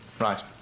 Right